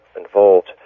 involved